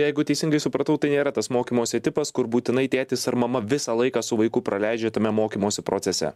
jeigu teisingai supratau tai nėra tas mokymosi tipas kur būtinai tėtis ar mama visą laiką su vaiku praleidžia tame mokymosi procese